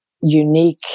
unique